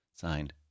Signed